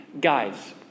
guys